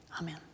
Amen